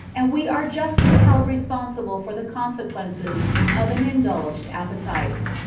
and we are justly held responsible for the consequences of an indulged appetite.